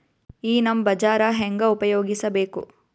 ಈ ನಮ್ ಬಜಾರ ಹೆಂಗ ಉಪಯೋಗಿಸಬೇಕು?